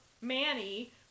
Manny